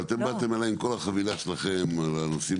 אבל אתם באתם עליי עם כל החבילה שלכם על הנושאים